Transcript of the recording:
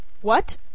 What